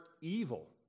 evil